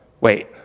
wait